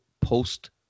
post